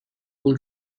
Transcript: bull